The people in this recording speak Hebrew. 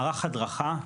מערך הדרכה,